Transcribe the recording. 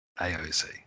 aoc